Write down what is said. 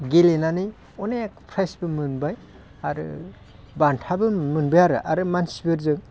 गेलेनानै अनेक प्राइजबो मोनबाय आरो बान्थाबो मोनबाय आरो आरो मानसिफोरजों